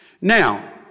Now